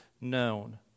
known